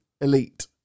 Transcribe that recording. elite